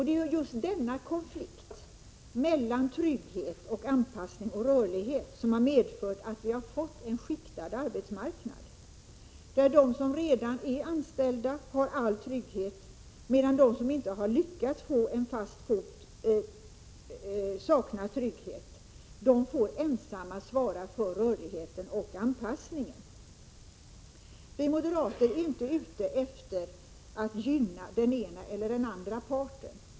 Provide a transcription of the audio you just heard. Det är just denna konflikt mellan trygghet samt anpassning och rörlighet som har medfört att vi fått en skiktad arbetsmarknad där de som redan är anställda har all trygghet, medan de som inte lyckats få en fast fot på arbetsmarknaden saknar trygghet och ensamma får svara för rörligheten och anpassningen. Vi moderater är inte ute efter att gynna den ena eller andra parten.